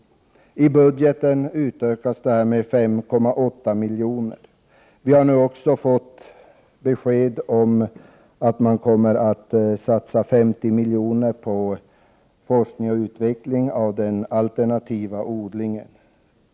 Enligt budgetförslaget ökas anslaget för detta ändamål med 5,8 milj.kr. Vi har nu också fått besked om att man kommer att satsa 50 milj.kr. på forskning om och utveckling av den alternativa odlingen.